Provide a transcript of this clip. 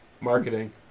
Marketing